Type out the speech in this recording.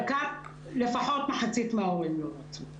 לפחות ממחצית מההורים לא רצו.